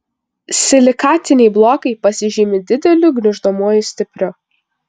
silikatiniai blokai pasižymi dideliu gniuždomuoju stipriu